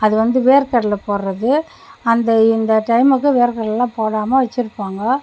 அது வந்து வேர்க்கடலை போடுறது அந்த இந்த டைமில் தான் வேர்க்கடலைலாம் போடாமல் வெச்சுருப்பாங்க